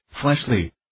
fleshly